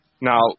Now